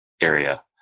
area